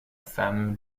femme